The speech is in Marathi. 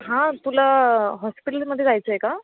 हां तुला हॉस्पिटलमध्ये जायचं आहे का